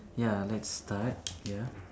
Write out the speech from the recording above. ya lets start ya